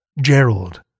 Gerald